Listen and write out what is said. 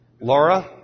Laura